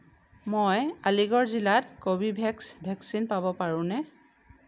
মই আলিগড় জিলাত Corbevax vaccine পাব পাৰোঁনে